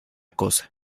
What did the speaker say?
cosa